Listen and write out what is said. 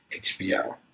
HBO